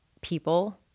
people